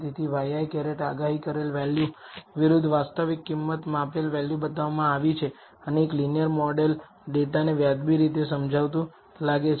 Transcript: તેથી ŷi આગાહી કરેલ વેલ્યુ વિરુદ્ધ વાસ્તવિક કિંમત માપેલ વેલ્યુ બતાવવામાં આવી છે અને એક લીનીયર મોડેલ ડેટાને વ્યાજબી રીતે સમજાવતું લાગે છે